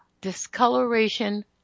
discoloration